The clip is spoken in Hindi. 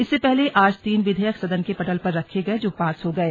इससे पहले आज तीन विधेयक सदन के पटल पर रखे गए जो पास हो गए